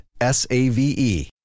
S-A-V-E